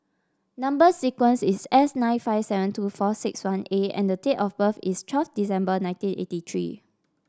number sequence is S nine five seven two four six one A and the date of birth is twelve December nineteen eighty three